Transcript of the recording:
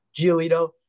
Giolito